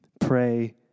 pray